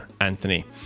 Anthony